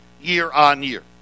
year-on-year